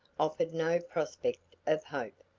offered no prospect of hope.